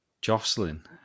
Jocelyn